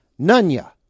Nunya